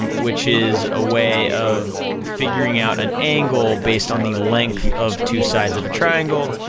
um which is a way of figuring out an angle, based on the length of two sides of a triangle.